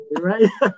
right